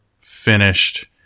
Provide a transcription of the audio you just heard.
finished